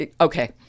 okay